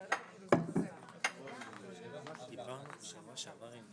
הייתה קטינה באותו זמן,